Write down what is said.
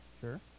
sure